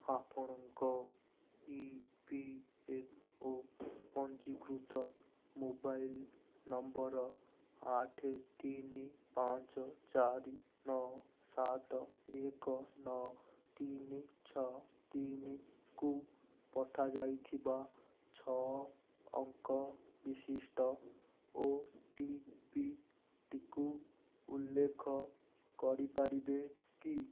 ଆପଣଙ୍କ E P F ଓ ପଞ୍ଜୀକୃତ ମୋବାଇଲ୍ ନମ୍ବର୍ ଆଠେ ତିନି ପାଞ୍ଚ ଚାରି ନଅ ସାତ ଏକ ନଅ ତିନି ଛଅ ତିନିକୁ ପଠାଯାଇଥିବା ଛଅ ଅଙ୍କ ବିଶିଷ୍ଟ ଓଟିପିଟିକୁ ଉଲ୍ଲେଖ କରିପାରିବେ କି